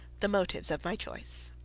the motives of my choice.